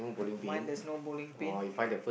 mine there's no bowling pin